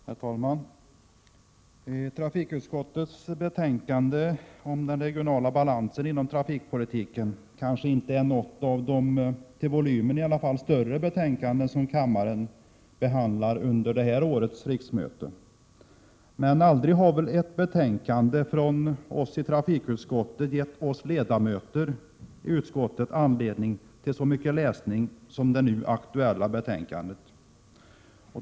Herr talman! Trafikutskottets betänkande om den regionala balansen inom trafikpolitiken kanske inte är något av de - till volymen i alla fall — större betänkanden som kammaren behandlar under årets riksmöte. Men aldrig har väl ett betänkande gett oss ledamöter i trafikutskottet anledning till så mycket läsning som det nu aktuella betänkandet.